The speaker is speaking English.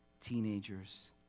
teenagers